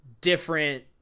different